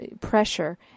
pressure